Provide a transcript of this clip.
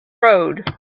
road